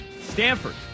Stanford